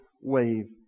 wave